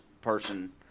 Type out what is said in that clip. person